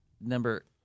Number